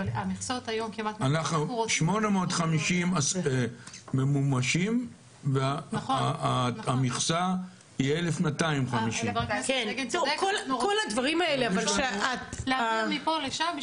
850 ממומשים והמכסה היא 1,250. להעביר מפה לשם,